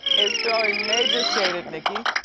is throwing major shade at nicki.